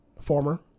former